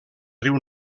riu